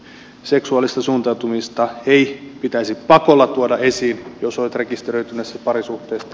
seksuaalista suuntautumista ei pitäisi pakolla tuoda esiin jos olet rekisteröityneessä parisuhteessa